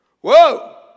Whoa